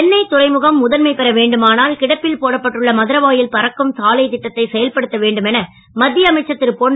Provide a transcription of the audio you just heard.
சென்னை துறைமுகம் முதன்மை பெற வேண்டுமானால் கிடப்பில் போடப்பட்டுள்ள மதுரவாயல் பறக்கும் சாலைத் திட்டத்தை செயல்படுத்த வேண்டும் என மத்திய அமைச்சர் திருபொன்